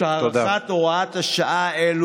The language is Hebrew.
לכן אני באמת מבקש מחברי הכנסת, גם אתם שהתנגדתם,